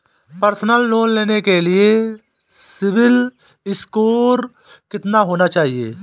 Personal loan लेने के लिए सिबिल स्कोर कितना होना चाहिए?